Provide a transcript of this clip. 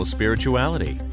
Spirituality